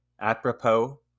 Apropos